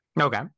Okay